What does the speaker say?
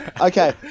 Okay